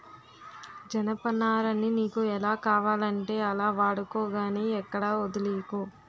జనపనారని నీకు ఎలా కావాలంటే అలా వాడుకో గానీ ఎక్కడా వొదిలీకు